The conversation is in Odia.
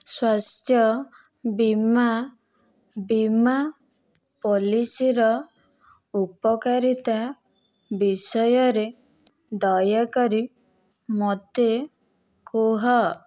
ସ୍ଵାସ୍ଥ୍ୟ ବୀମା ବୀମା ପଲିସିର ଉପକାରିତା ବିଷୟରେ ଦୟାକରି ମୋତେ କୁହ